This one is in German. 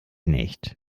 nicht